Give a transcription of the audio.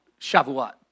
Shavuot